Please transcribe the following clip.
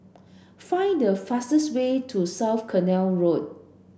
find the fastest way to South Canal Road